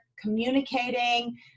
communicating